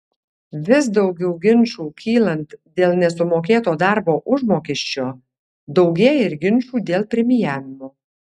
vis daugiau ginčų kylant dėl nesumokėto darbo užmokesčio daugėja ir ginčų dėl premijavimo